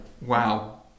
Wow